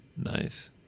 Nice